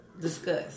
discuss